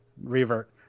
revert